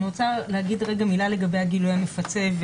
אני רוצה להגיד מילה לגבי הגילוי המפצה.